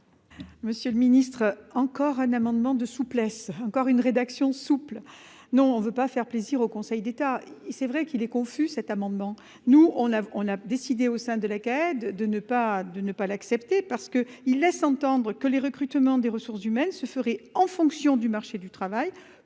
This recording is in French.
Monsieur le Ministre, encore un amendement de souplesse encore une rédaction souple. Non, on ne veut pas faire plaisir au Conseil d'État. Il, c'est vrai qu'il est confus, cet amendement, nous on a on a décidé au sein de laquelle de ne pas de ne pas l'accepter parce que il laisse entendre que les recrutements des ressources humaines se ferait en fonction du marché du travail